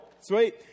Sweet